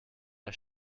der